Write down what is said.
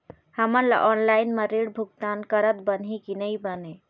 हमन ला ऑनलाइन म ऋण भुगतान करत बनही की नई बने?